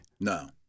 No